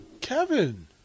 Kevin